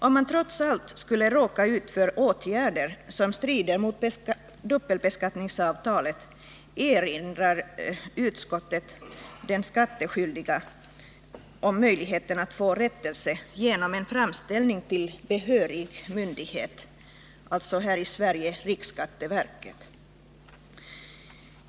Om man trots allt skulle råka ut för åtgärder som strider mot dubbelbeskattningsavtalet erinrar utskottet de skattskyldiga om möjligheten att få rättelse genom en framställning till behörig myndighet, alltså här i Sverige riksskatteverket.